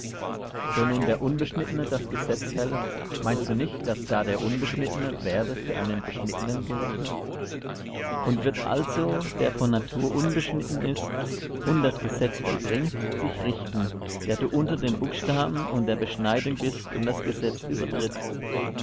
so nun der unbeschnittene das gesetz hält meinst du nicht daß da der unbeschnittene werde für einen beschnittenen gerechnet und wird also der von natur unbeschnitten ist und das gesetz vollbringt dich richten der du unter dem buchstaben und der beschneidung bist und das gesetz übertrittst